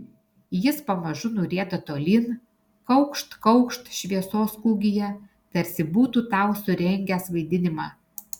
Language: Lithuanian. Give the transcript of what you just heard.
jis pamažu nurieda tolyn kaukšt kaukšt šviesos kūgyje tarsi būtų tau surengęs vaidinimą